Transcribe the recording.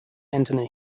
anthony